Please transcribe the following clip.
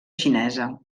xinesa